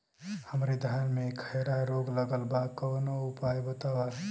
हमरे धान में खैरा रोग लगल बा कवनो उपाय बतावा?